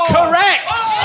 Correct